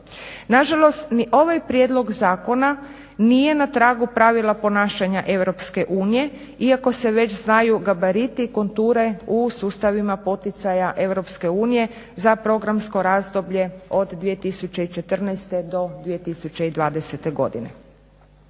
Nažalost, ni ovaj prijedlog zakona nije na tragu pravila ponašanja Europske unije iako se već znaju gabariti i konture u sustavima poticaja Europske unije za programsko razdoblje od 2014. do 2020. godine.